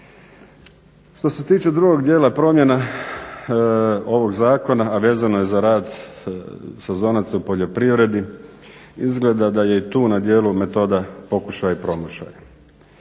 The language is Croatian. Što se tiče drugog dijela promjena ovog zakona, a vezano je za rad sezonaca u poljoprivredi, izgleda da je i tu na djelu metoda pokušaja i promašaja.